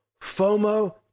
FOMO